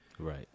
Right